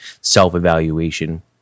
self-evaluation